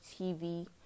tv